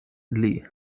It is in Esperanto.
ili